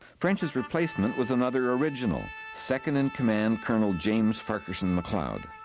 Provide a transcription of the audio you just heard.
french's replacement was another original, second in command col. james farquharson mcleod.